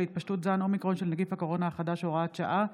התפשטות זן אומיקרון של נגיף הקורונה החדש (הוראת שעה),